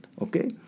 Okay